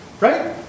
Right